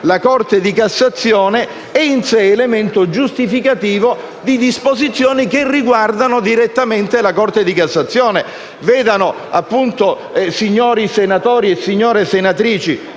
la Corte di cassazione è in sé elemento giustificativo di disposizioni che riguardano direttamente la Corte di cassazione. Vedano, signori senatori e signore senatrici,